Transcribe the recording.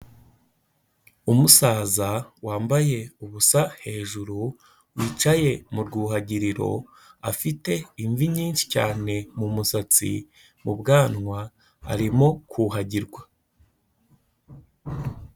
Umusaza wambaye ubusa hejuru wicaye mu rwuhagiriro, afite imvi nyinshi cyane mu musatsi, mu bwanwa, arimo kuhagirwa.